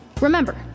Remember